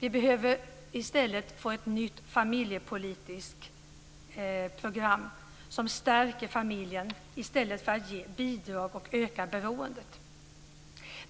Vi behöver i stället få ett nytt familjepolitiskt program som stärker familjen i stället för att ge bidrag och öka beroendet.